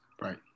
Right